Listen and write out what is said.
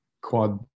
quad